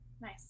nice